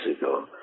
ago